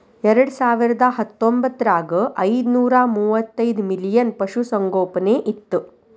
ಎರೆಡಸಾವಿರದಾ ಹತ್ತೊಂಬತ್ತರಾಗ ಐದನೂರಾ ಮೂವತ್ತೈದ ಮಿಲಿಯನ್ ಪಶುಸಂಗೋಪನೆ ಇತ್ತು